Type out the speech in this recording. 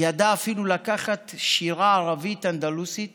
ידע אפילו לקחת שירה ערבית אנדלוסית